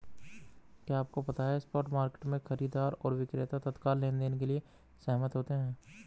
क्या आपको पता है स्पॉट मार्केट में, खरीदार और विक्रेता तत्काल लेनदेन के लिए सहमत होते हैं?